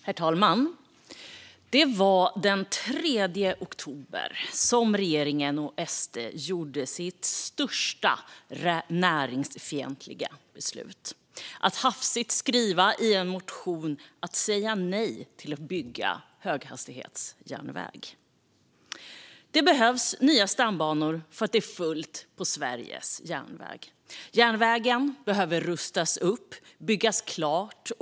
Herr talman! Det var den 3 oktober som regeringen och SD fattade sitt största näringsfientliga beslut: att hafsigt skriva i en motion att de sa nej till att bygga höghastighetsjärnväg. Det behövs nya stambanor, för det är fullt på Sveriges järnväg. Järnvägen behöver rustas upp och byggas klart.